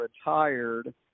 retired